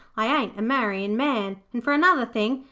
i ain't a marryin' man, and for another thing,